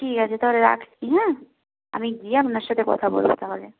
ঠিক আছে তাহলে রাখছি হ্যাঁ আমি গিয়ে আপনার সাথে কথা বলব তাহলে